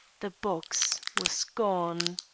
the box was gone!